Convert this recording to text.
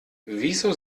wieso